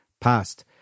past